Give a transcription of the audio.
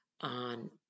on